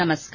नमस्कार